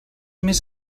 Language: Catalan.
més